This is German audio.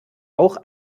auch